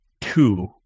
two